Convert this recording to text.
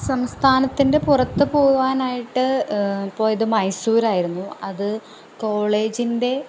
സംസ്ഥാനത്തിൻ്റെ പുറത്ത് പോവാനായിട്ട് പോയത് മൈസൂർ ആയിരുന്നു അത് കോളേജിൻ്റെ